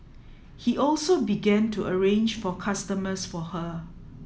he also began to arrange for customers for her